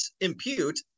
impute